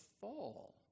fall